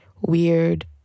weird